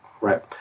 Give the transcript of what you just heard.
Right